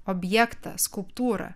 objektą skulptūrą